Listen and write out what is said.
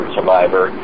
Survivor